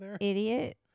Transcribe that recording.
idiot